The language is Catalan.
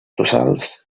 tossals